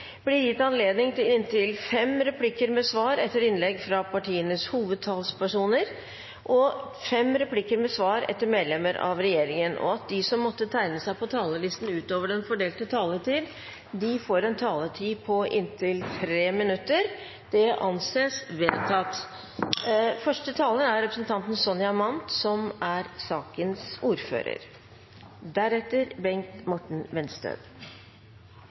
blir gitt anledning til replikkordskifte på inntil fem replikker med svar etter innlegg fra partienes hovedtalspersoner og fem replikker med svar etter innlegg fra medlemmer av regjeringen. Videre foreslås det at de som måtte tegne seg på talerlisten utover den fordelte taletid, får en taletid på inntil 3 minutter. – Det anses vedtatt. Altfor mange unger i Norge sliter i hverdagen og er